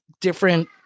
different